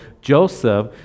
joseph